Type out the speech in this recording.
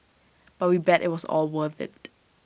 but we bet IT was all worth IT